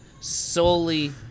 solely